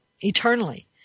eternally